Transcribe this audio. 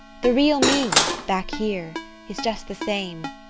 the real me back here is just the same.